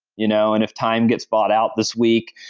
you know and if time gets bought out this week,